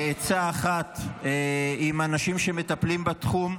בעצה אחת עם אנשים שמטפלים בתחום,